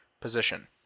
position